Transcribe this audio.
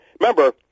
Remember